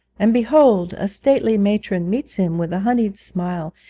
and, behold, a stately matron meets him with a honeyed smile,